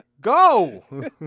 go